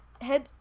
head